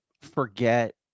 forget